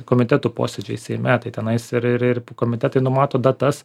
komitetų posėdžiai seime tai tenais ir ir ir komitetai numato datas